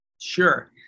Sure